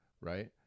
right